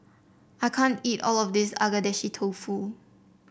I can't eat all of this Agedashi Dofu